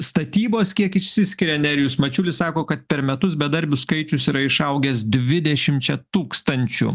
statybos kiek išsiskiria nerijus mačiulis sako kad per metus bedarbių skaičius yra išaugęs dvidešimčia tūkstančių